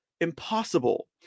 impossible